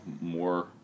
more